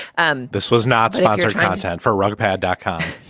and this was not sponsored content for rugger pacom.